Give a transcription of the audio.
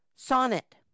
Sonnet